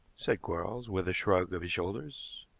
said quarles, with a shrug of his shoulders.